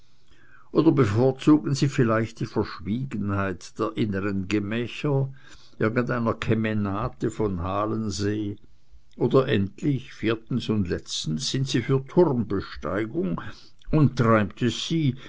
oder bevorzugen sie vielleicht die verschwiegenheit der inneren gemächer irgendeiner kemenate von halensee oder endlich viertens und letztens sind sie für turmbesteigung und treibt es sie